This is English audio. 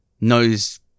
knows